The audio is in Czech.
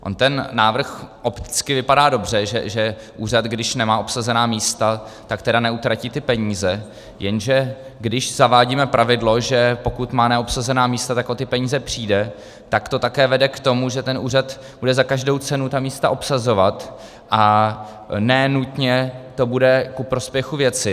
On ten návrh opticky vypadá dobře, že úřad, když nemá obsazená místa, tak tedy neutratí ty peníze, jenže když zavádíme pravidlo, že pokud má neobsazená místa, tak o ty peníze přijde, tak to také vede k tomu, že ten úřad bude za každou cenu ta místa obsazovat, a ne nutně to bude ku prospěchu věci.